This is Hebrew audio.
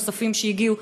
10,000 נוספים שהגיעו,